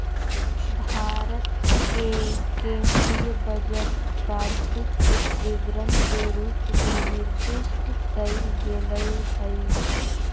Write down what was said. भारत के केन्द्रीय बजट वार्षिक वित्त विवरण के रूप में निर्दिष्ट कइल गेलय हइ